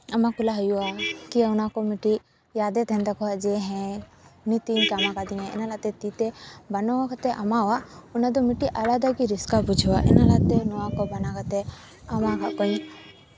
ᱮᱢᱟ ᱠᱚ ᱞᱟᱦᱟ ᱦᱩᱭᱩᱜᱼᱟ ᱠᱤ ᱚᱱᱟ ᱠᱚ ᱢᱤᱫᱴᱤᱡ ᱤᱭᱟᱫᱮ ᱛᱟᱦᱮᱱ ᱛᱟᱠᱚᱣᱟ ᱡᱮ ᱱᱤᱛ ᱤᱧ ᱠᱟᱢᱟᱣ ᱠᱟᱫᱤᱧᱟᱭ ᱤᱱᱟᱹ ᱠᱷᱟᱹᱛᱤᱨ ᱛᱮ ᱵᱮᱱᱟᱣ ᱠᱟᱛᱮ ᱮᱢᱟᱣᱟᱜ ᱚᱱᱟ ᱫᱚ ᱢᱤᱫᱴᱤᱡ ᱟᱞᱟᱫᱟ ᱜᱮ ᱨᱟᱹᱥᱠᱟᱹ ᱵᱩᱡᱷᱟᱹᱜᱼᱟ ᱤᱱᱟᱹ ᱠᱟᱛᱮ ᱱᱚᱣᱟ ᱠᱚ ᱵᱮᱱᱟᱣ ᱠᱟᱛᱮ ᱮᱢᱟ ᱠᱟᱜ ᱠᱚᱣᱟᱧ